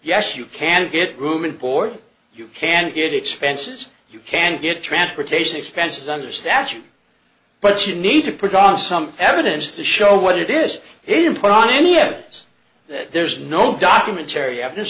yes you can get room and board you can get expenses you can get transportation expenses under statute but you need to put on some evidence to show what it is he didn't put on any evidence that there's no documentary evidence